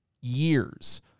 years